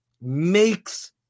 makes